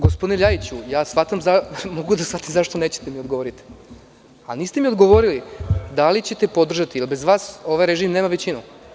Gospodine Ljajiću, mogu da shvatim zašto nećete da mi odgovorite, a niste mi odgovorili da li ćete podržati, jer bez vas ovaj režim nema većinu.